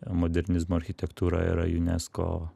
modernizmo architektūra yra unesco